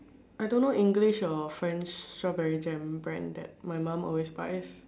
I don't know English or French strawberry jam brand that my mum always buys